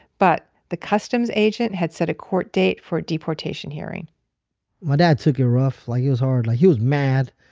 but the customs agent had set a court date for a deportation hearing my dad took it ah rough. like it was hard. he was mad.